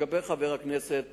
חבר הכנסת